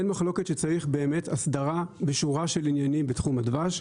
אין מחלוקת שצריך באמת הסדרה בשורה של עניינים בתחום הדבש.